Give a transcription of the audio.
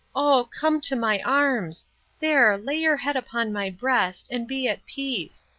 oh, come to my arms there, lay your head upon my breast, and be at peace.